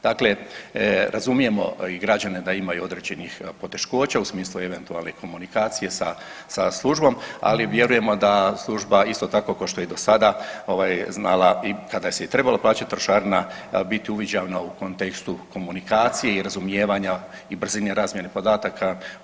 Dakle, razumijemo građane da imaju određenih poteškoća u smislu eventualne komunikacije sa službom, ali vjerujemo da služba isto tako kao što je i do sada znala kada se trebala plaćati trošarina biti uviđavna u kontekstu komunikacije i razumijevanja i brzine razmjene podataka.